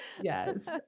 Yes